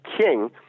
king